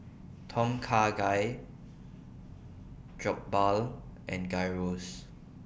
Tom Kha Gai Jokbal and Gyros